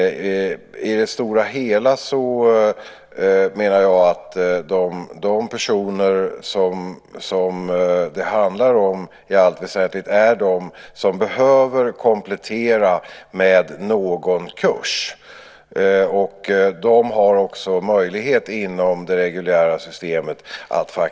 I det stora hela menar jag att de personer som det handlar om i allt väsentligt är de som behöver komplettera med någon kurs. De har också möjlighet inom det reguljära systemet att göra det.